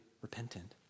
repentant